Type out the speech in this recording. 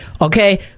okay